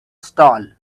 stall